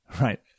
Right